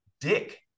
dick